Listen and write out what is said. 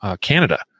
canada